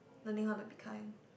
learning how to be kind